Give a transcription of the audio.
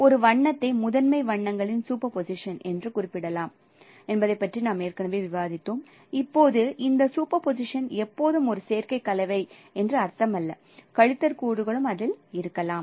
ஒரு வண்ணத்தை முதன்மை வண்ணங்களின் சூப்பர் போசிஷன் என்று குறிப்பிடலாம் என்று நாங்கள் விவாதித்தோம் இப்போது இந்த சூப்பர் போசிஷன் எப்போதும் ஒரு சேர்க்கை கலவை என்று அர்த்தமல்ல கழித்தல் கூறுகளும் இருக்கலாம்